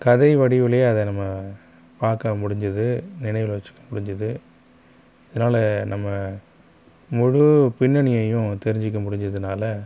கதை வடிவிலேயே அதை நம்ம பார்க்க முடிஞ்சுது நினைவில் வச்சுக்க முடிஞ்சுது இதனால நம்ம முழு பின்னணியையும் தெரிஞ்சுக்க முடிஞ்சதுனால்